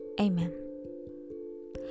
Amen